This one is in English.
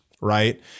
right